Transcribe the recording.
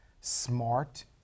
smart